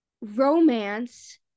romance